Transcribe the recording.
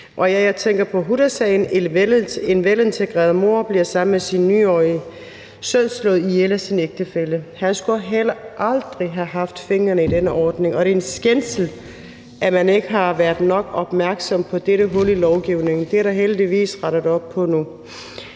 Jeg tænker på Hudasagen, hvor en velintegreret mor sammen med sin 9-årige søn blev slået ihjel af sin ægtefælle. Han skulle aldrig har haft fingrene i den ordning, og det er en skændsel, at man ikke har været nok opmærksom på dette hul i lovgivningen, men det er der heldigvis blevet rettet op på nu.